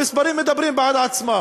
המספרים מדברים בעד עצמם: